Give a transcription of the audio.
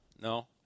no